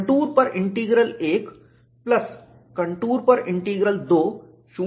contour पर integral 1 plus contour पर integral 2 शून्य के बराबर है